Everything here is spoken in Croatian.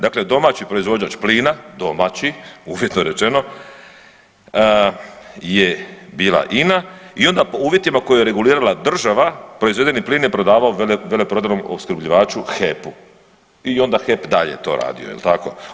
Dakle, domaći proizvođač plina, domaći uvjetno rečeno je bila INA i onda po uvjetima koje je regulirala država proizvedeni plin je prodavao veleprodajnom opskrbljivaču HEP-u i onda HEP dalje to radio jel tako.